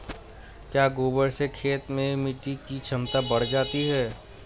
क्या गोबर से खेत में मिटी की क्षमता बढ़ जाती है?